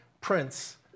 Prince